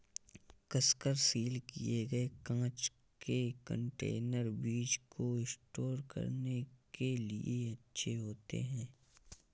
कसकर सील किए गए कांच के कंटेनर बीज को स्टोर करने के लिए अच्छे होते हैं